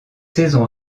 saisons